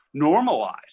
normalize